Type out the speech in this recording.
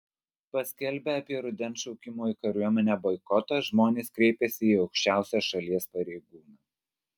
paskelbę apie rudens šaukimo į kariuomenę boikotą žmonės kreipėsi į aukščiausią šalies pareigūną